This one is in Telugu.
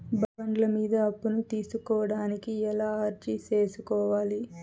బండ్ల మీద అప్పును తీసుకోడానికి ఎలా అర్జీ సేసుకోవాలి?